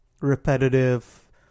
repetitive